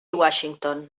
washington